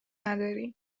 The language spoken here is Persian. نداری